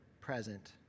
present